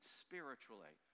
spiritually